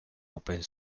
open